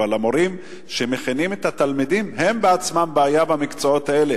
אבל המורים שמכינים את התלמידים הם בעצמם בעיה במקצועות האלה,